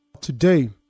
Today